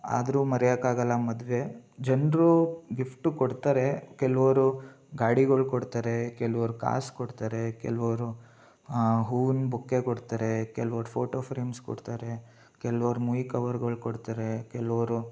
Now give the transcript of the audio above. ಆದರೂ ಮರೆಯಕ್ಕಾಗಲ್ಲ ಮದುವೆ ಜನರು ಗಿಫ್ಟು ಕೊಡ್ತಾರೆ ಕೆಲವರು ಗಾಡಿಗಳು ಕೊಡ್ತಾರೆ ಕೆಲ್ವರು ಕಾಸು ಕೊಡ್ತಾರೆ ಕೆಲವರು ಹೂವಿನ ಬೊಕ್ಕೆ ಕೊಡ್ತಾರೆ ಕೆಲ್ವರು ಫೋಟೋ ಫ್ರೇಮ್ಸ್ ಕೊಡ್ತಾರೆ ಕೆಲ್ವರು ಮುಯಿ ಕವರ್ಗಳು ಕೊಡ್ತಾರೆ ಕೆಲವರು